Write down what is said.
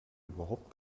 überhaupt